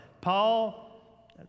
Paul